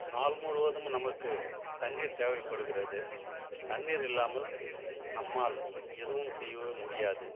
நாள் முழுவதும் நமக்கு தண்ணீர் தேவைப்படுகிறது தண்ணீர் இல்லாமல் நம்மால் எதுவும் செய்வது முடியாது